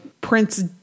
Prince